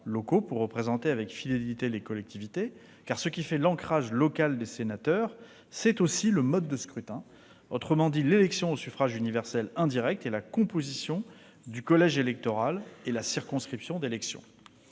pour représenter avec fidélité les collectivités. Ce qui fait l'ancrage local des sénateurs, c'est aussi le mode de scrutin, autrement dit l'élection au suffrage universel indirect et la composition du collège électoral et la circonscription d'élection.